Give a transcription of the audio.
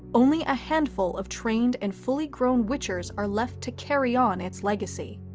only a handful of trained and fully grown witchers are left to carry on its legacy.